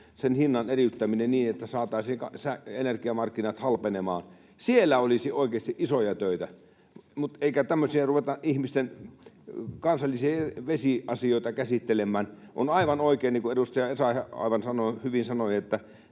sähkön hinnan eriyttämisessä toisistaan, niin että saataisiin energiamarkkinat halpenemaan, olisi oikeasti isoja töitä, eikä tämmöistä, että ruvetaan ihmisten kansallisia vesiasioita käsittelemään. On aivan oikein, niin kuin edustaja Essayah aivan hyvin sanoi, että